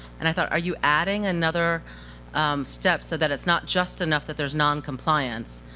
and i thought, are you adding another step so that it's not just enough that there's noncompliance,